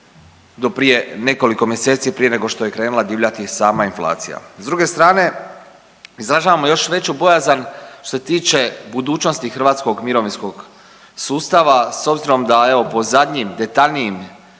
do prije nekoliko mjeseci prije nego što je krenula divljati sama inflacija. S druge strane izražavamo još veću bojazan što se tiče budućnosti hrvatskom mirovinskog sustava s obzirom da evo po zadnjim, detaljnijim